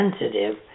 sensitive